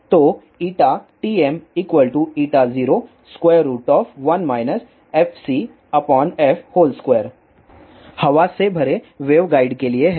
तो TM01 fcf2 हवा से भरे वेवगाइड के लिए है